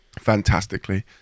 fantastically